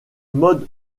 mode